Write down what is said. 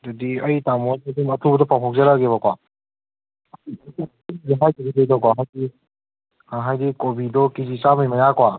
ꯑꯗꯨꯗꯤ ꯑꯩ ꯇꯥꯃꯣꯗ ꯑꯗꯨꯝ ꯑꯊꯨꯕꯗ ꯄꯥꯎ ꯐꯥꯎꯖꯔꯛꯑꯒꯦꯕꯀꯣ ꯍꯥꯏꯗꯤ ꯀꯣꯕꯤꯗꯣ ꯀꯦ ꯖꯤ ꯆꯥꯝꯃꯒꯤ ꯃꯌꯥꯀꯣ